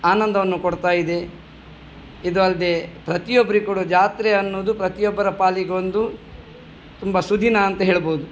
ಆನಂದವನ್ನು ಕೊಡ್ತಾಯಿದೆ ಇದಲ್ಲದೇ ಪ್ರತಿಯೊಬ್ಬರಿಗೂ ಕೂಡ ಜಾತ್ರೆ ಅನ್ನೋದು ಪ್ರತಿಯೊಬ್ಬರ ಪಾಲಿಗೊಂದು ತುಂಬ ಸುದಿನ ಅಂತ ಹೇಳ್ಬೋದು